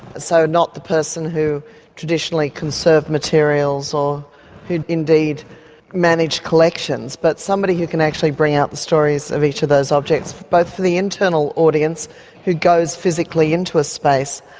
so not the person who traditionally conserves materials or who indeed manages collections, but somebody who can actually bring out the stories of each of those objects both for the internal audience who goes physically into a space,